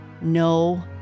no